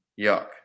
Yuck